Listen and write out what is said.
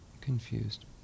confused